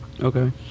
Okay